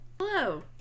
Hello